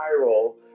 viral